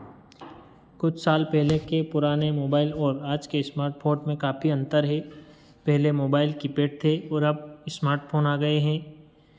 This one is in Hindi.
कुछ साल पहले के पुराने मोबाइल और आज के स्मार्ट फोन में काफी अंतर है पहले मोबाइल कीपैड थे और अब स्मार्ट फोन आ गए हैं